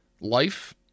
Life